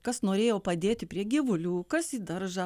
kas norėjo padėti prie gyvulių kas į daržą